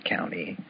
County